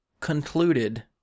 Concluded